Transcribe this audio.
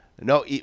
No